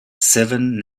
seven